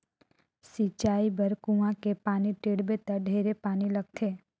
सिंचई बर कुआँ के पानी टेंड़बे त ढेरे पानी लगथे